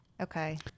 Okay